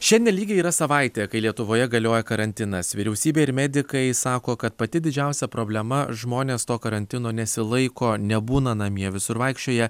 šiandien lygiai yra savaitė kai lietuvoje galioja karantinas vyriausybė ir medikai sako kad pati didžiausia problema žmonės to karantino nesilaiko nebūna namie visur vaikščioja